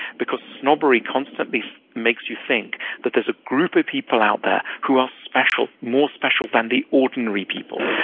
because snobbery constantly makes you think that there's a group of people out there who are special, more special than the ordinary people,